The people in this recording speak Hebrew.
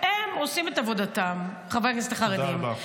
ועל חשבון ילדים חרדים.